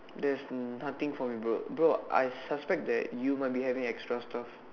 there's nothing for me bro bro I suspect that you might be having extra stuff